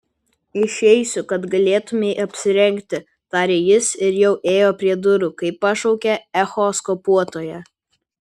išeisiu kad galėtumei apsirengti tarė jis ir jau ėjo prie durų kai pašaukė echoskopuotoja